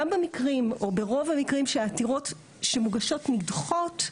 גם במקרים או ברוב המקרים שהעתירות שמוגשות נדחות,